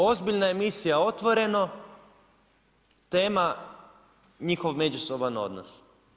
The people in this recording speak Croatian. Ozbiljna emisija Otvoreno, tema njihov međusoban odnos.